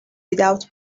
without